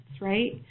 right